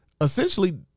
essentially